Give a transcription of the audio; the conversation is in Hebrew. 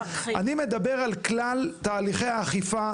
אני מדבר על כללי האכיפה,